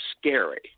scary